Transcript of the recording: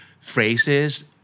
phrases